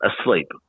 asleep